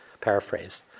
paraphrase